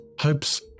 hopes